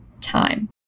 time